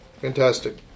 Fantastic